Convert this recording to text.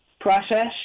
process